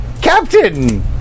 Captain